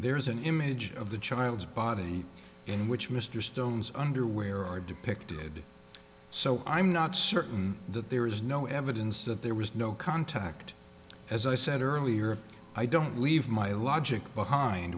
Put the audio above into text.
there's an image of the child's body in which mr stone's underwear are depicted so i'm not certain that there is no evidence that there was no contact as i said earlier i don't leave my logic behind